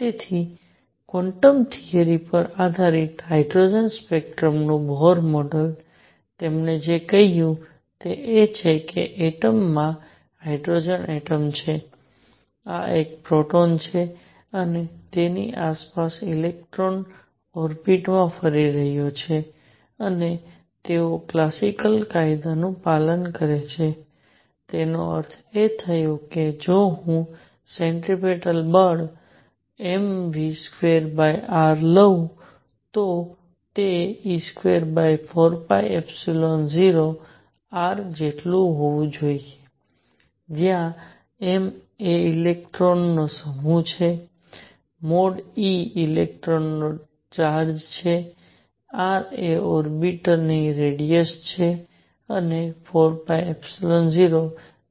તેથી quantum theory પર આધારિત હાઇડ્રોજન સ્પેક્ટ્રમનું બોહર મોડેલ તેમણે જે કહ્યું તે એ છે કે એટમ માં હાઇડ્રોજન એટમ છે આ એક પ્રોટોન છે જેની આસપાસ ઇલેક્ટ્રોન ઓર્બિટ માં ફરી રહ્યો છે અને તેઓ ક્લાસિકલ કાયદાનું પાલન કરે છે તેનો અર્થ એ થયો કે જો હું સેન્ટ્રિપેટલ બળ mv2r લઉં તો તે e24π0r જેટલું હોવું જોઈએ જ્યાં m ઇલેક્ટ્રોન e નો સમૂહ છે મોડ e ઇલેક્ટ્રોનનો ચાર્જ છે r એ આ ઓર્બિટ ની રેડિયસ છે અને 4 0